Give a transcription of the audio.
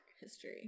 history